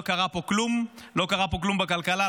קרה פה כלום לא קרה פה כלום בכלכלה,